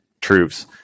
troops